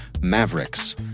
Mavericks